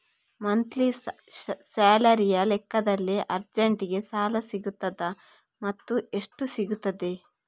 Monthly ಸ್ಯಾಲರಿಯ ಲೆಕ್ಕದಲ್ಲಿ ಅರ್ಜೆಂಟಿಗೆ ಸಾಲ ಸಿಗುತ್ತದಾ ಮತ್ತುಎಷ್ಟು ಸಿಗುತ್ತದೆ?